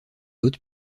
hautes